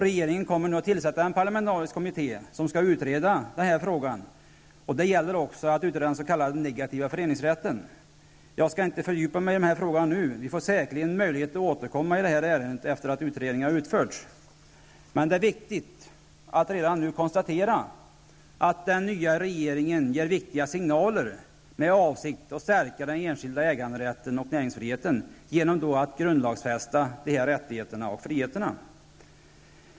Regeringen kommer att tillsätta en parlamentarisk kommitté som skall utreda denna fråga. Även den s.k. negativa föreningsrätten skall utredas. Jag skall inte fördjupa mig i denna fråga nu. Vi får säkerligen möjlighet att återkomma i detta ärende efter det att utredningen har utförts. Men det är betydelsefullt att redan nu konstatera att den nya regeringen ger viktiga signaler med avsikten att stärka den enskilda äganderätten och näringsfriheten genom att grundlagsfästa dessa rättigheter och friheter.